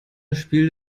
spielt